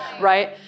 right